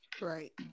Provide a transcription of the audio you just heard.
Right